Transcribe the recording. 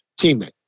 teammate